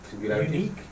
unique